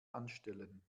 anstellen